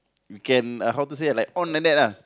we can uh how to say like on like that lah